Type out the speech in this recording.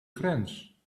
grens